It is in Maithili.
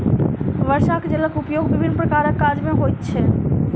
वर्षाक जलक उपयोग विभिन्न प्रकारक काज मे होइत छै